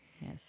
Yes